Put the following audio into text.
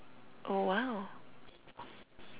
oh !wow!